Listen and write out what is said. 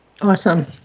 Awesome